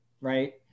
Right